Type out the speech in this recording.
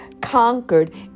conquered